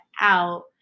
out